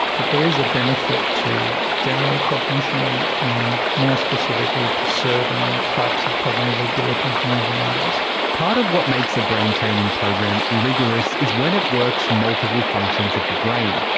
that there is a benefit to general cognition and, more specifically, to certain types of cognitive abilities more than others. part of what makes a brain training program rigorous is when it works multiple functions of the brain,